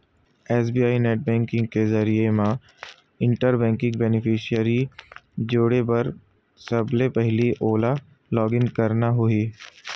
SBI net banking के जरिए म इंटर बेंक बेनिफिसियरी जोड़े बर सबले पहिली ओला लॉगिन करना होही